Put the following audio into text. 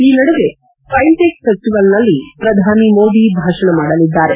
ಈ ನಡುವೆ ಫಿನ್ಟೆಕ್ ಫೆಸ್ಟಿವಲ್ನಲ್ಲಿ ಪ್ರಧಾನಿ ಮೋದಿ ಭಾಷಣ ಮಾಡಲಿದ್ದಾರೆ